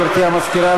גברתי המזכירה,